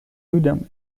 людям